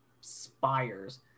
spires